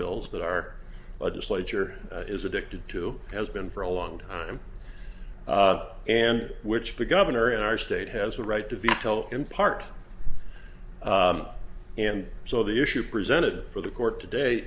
bills that our legislature is addicted to has been for a long time and which the governor in our state has a right to veto in part and so the issue presented for the court today